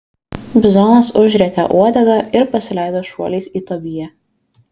bizonas užrietė uodegą ir pasileido šuoliais į tobiją